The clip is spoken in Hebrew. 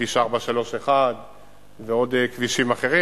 כביש 431 ועוד כבישים אחרים.